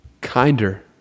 Kinder